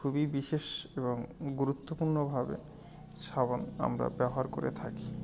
খুবই বিশেষ এবং গুরুত্বপূর্ণ ভাবে সাবান আমরা ব্যবহার করে থাকি